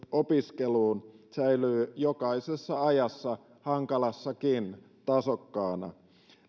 opiskeluun säilyy jokaisessa ajassa hankalassakin tasokkaana